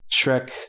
Shrek